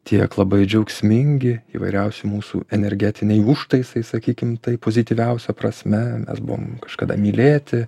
tiek labai džiaugsmingi įvairiausi mūsų energetiniai užtaisai sakykim taip pozityviausia prasme mes buvom kažkada mylėti